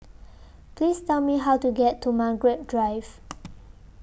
Please Tell Me How to get to Margaret Drive